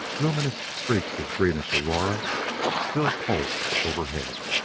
luminous streaks of greenish aurora still pulsed overhead.